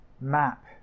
map